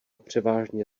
převážně